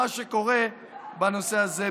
זה מה שקורה בנושא הזה בימינה.